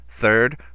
Third